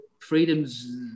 Freedom's